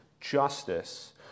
justice